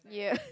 yeah